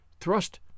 thrust